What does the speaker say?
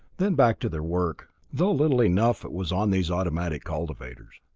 then back to their work, though little enough it was on these automatic cultivators.